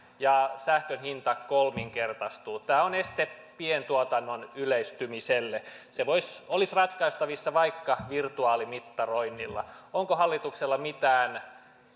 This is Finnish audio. ja sähkön hinta kolminkertaistuu tämä on este pientuotannon yleistymiselle se olisi ratkaistavissa vaikka virtuaalimittaroinnilla onko hallituksella mitään